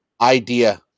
idea